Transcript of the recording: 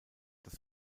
das